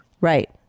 right